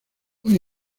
hoy